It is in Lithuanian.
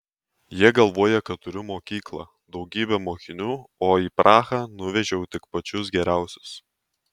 jie galvoja kad turiu mokyklą daugybę mokinių o į prahą nuvežiau tik pačius geriausius